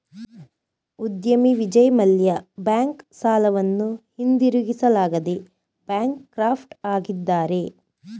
ಉದ್ಯಮಿ ವಿಜಯ್ ಮಲ್ಯ ಬ್ಯಾಂಕ್ ಸಾಲವನ್ನು ಹಿಂದಿರುಗಿಸಲಾಗದೆ ಬ್ಯಾಂಕ್ ಕ್ರಾಫ್ಟ್ ಆಗಿದ್ದಾರೆ